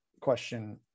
question